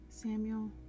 Samuel